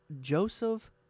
Joseph